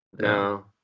No